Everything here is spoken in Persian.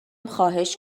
خواهش